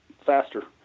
faster